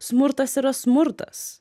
smurtas yra smurtas